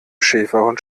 schäferhund